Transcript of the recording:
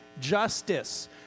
justice